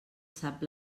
sap